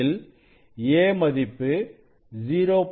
அதில் a மதிப்பு 0